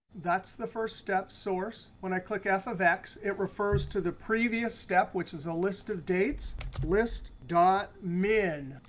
that's the first step, source. when i click f of x, it refers to the previous step, which is a list of dates list min.